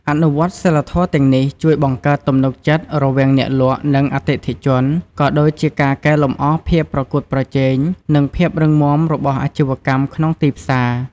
អនុវត្តសីលធម៌ទាំងនេះជួយបង្កើតទំនុកចិត្តរវាងអ្នកលក់ និងអតិថិជន ក៏ដូចជាការកែលម្អភាពប្រកួតប្រជែង និងភាពរឹងមាំរបស់អាជីវកម្មក្នុងទីផ្សារ។